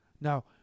Now